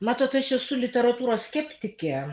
matot aš esu literatūros skeptikė